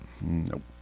Nope